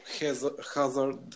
Hazard